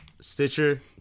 Stitcher